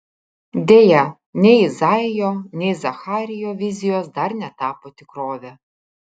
deja nei izaijo nei zacharijo vizijos dar netapo tikrove